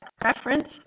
preference